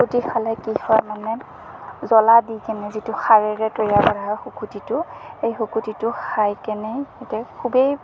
শুকুটি খালে কি হয় মানে জ্বলা দি কেনে যিটো খাৰেৰে তৈয়াৰ কৰা হয় শুকুটিটো এই শুকুটিটো খাই কেনে এটা খুবেই